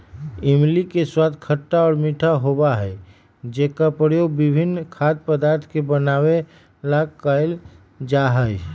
इमली के स्वाद खट्टा और मीठा होबा हई जेकरा प्रयोग विभिन्न खाद्य पदार्थ के बनावे ला कइल जाहई